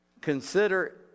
consider